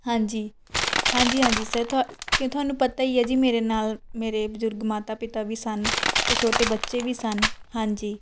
ਹਾਂਜੀ ਹਾਂਜੀ ਹਾਂਜੀ ਸਰ ਤੁਹਾ ਕਿ ਤੁਹਾਨੂੰ ਪਤਾ ਹੀ ਹੈ ਜੀ ਮੇਰੇ ਨਾਲ ਮੇਰੇ ਬਜ਼ੁਰਗ ਮਾਤਾ ਪਿਤਾ ਵੀ ਸਨ ਅਤੇ ਛੋਟੇ ਬੱਚੇ ਵੀ ਸਨ ਹਾਂਜੀ